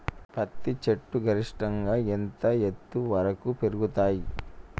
పత్తి చెట్లు గరిష్టంగా ఎంత ఎత్తు వరకు పెరుగుతయ్?